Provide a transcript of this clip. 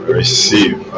receive